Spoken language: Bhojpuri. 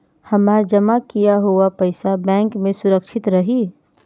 हमार जमा किया हुआ पईसा बैंक में सुरक्षित रहीं?